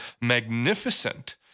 magnificent